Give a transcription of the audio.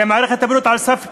הרי מערכת הבריאות על סף קריסה.